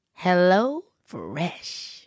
HelloFresh